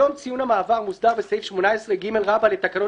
היום ציון המעבר מוסדר בסעיף 18ג לתקנות